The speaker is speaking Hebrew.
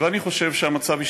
ואני חושב שהמצב ישתפר.